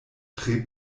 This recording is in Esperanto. tre